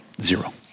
Zero